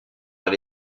elle